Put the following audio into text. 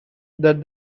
that